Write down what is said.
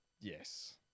yes